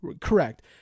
Correct